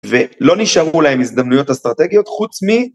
ולא נשארו להם הזדמנויות אסטרטגיות, חוץ מ...